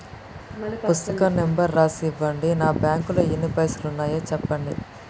పుస్తకం నెంబరు రాసి ఇవ్వండి? నా బ్యాంకు లో ఎన్ని పైసలు ఉన్నాయో చెప్పండి?